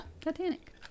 titanic